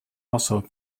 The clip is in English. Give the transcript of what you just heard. also